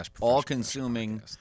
all-consuming